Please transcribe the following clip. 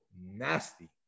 nasty